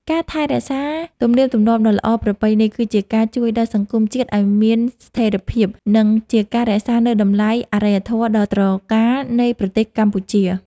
ការថែរក្សាទំនៀមទម្លាប់ដ៏ល្អប្រពៃនេះគឺជាការជួយដល់សង្គមជាតិឱ្យមានស្ថិរភាព និង ជាការរក្សានូវតម្លៃអរិយធម៌ដ៏ត្រកាលនៃប្រទេសកម្ពុជា។